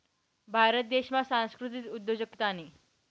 भारत देशमा सांस्कृतिक उद्योजकतानी